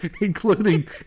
including